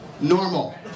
normal